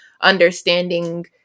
understanding